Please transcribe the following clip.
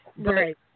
Right